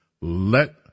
Let